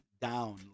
down